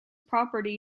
property